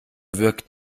wirkt